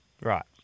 Right